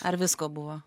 ar visko buvo